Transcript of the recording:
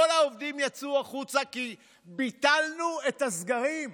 כל העובדים יצאו החוצה כי ביטלנו את הסגרים.